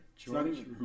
George